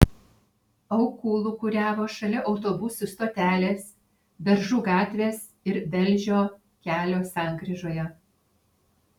aukų lūkuriavo šalia autobusų stotelės beržų gatvės ir velžio kelio sankryžoje